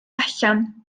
allan